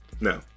No